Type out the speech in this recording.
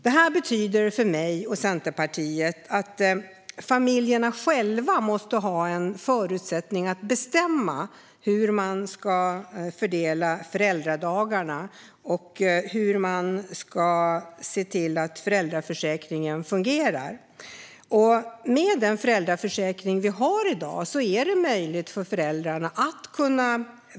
Det här betyder för mig och Centerpartiet att familjerna själva måste ha förutsättningar att bestämma hur de ska fördela föräldradagarna och se till att föräldraförsäkringen fungerar. Med den föräldraförsäkring vi har i dag är det möjligt för föräldrarna att välja.